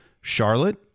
Charlotte